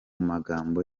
magambo